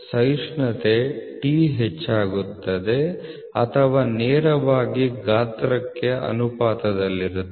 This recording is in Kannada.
ಸಹಿಷ್ಣುತೆ T ಹೆಚ್ಚಾಗುತ್ತದೆ ಅಥವಾ ನೇರವಾಗಿ ಗಾತ್ರಕ್ಕೆ ಅನುಪಾತದಲ್ಲಿರುತ್ತದೆ